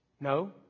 No